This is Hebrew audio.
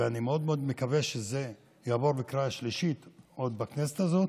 ואני מאוד מאוד מקווה שזה יעבור בקריאה השלישית עוד בכנסת הזאת.